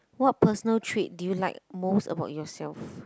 what personal trait did you like most about yourself